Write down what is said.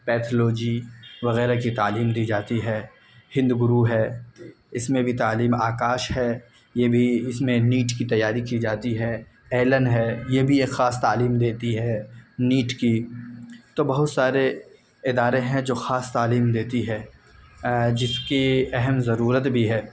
pathology وغیرہ کی تعلیم دی جاتی ہے ہند گرو ہے اس میں بھی تعلیم آکاش ہے یہ بھی اس میں ںیٹ کی تیار کی جاتی ہے ایلن ہے یہ بھی ایک خاص تعلیم دیتی ہے نیٹ کی تو بہت سارے ادارے ہیں جو خاص تعلیم دیتے ہیں جس کی اہم ضرورت بھی ہے